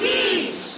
Beach